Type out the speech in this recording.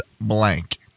blank